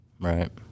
Right